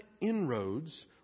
inroads